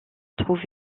trouver